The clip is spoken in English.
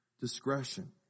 discretion